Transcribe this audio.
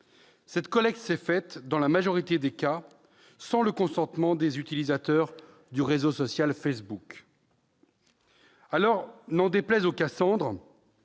Cette collecte s'est faite, dans la majorité des cas, sans le consentement des utilisateurs du réseau social Facebook. N'en déplaise, alors, aux Cassandre,